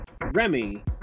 Remy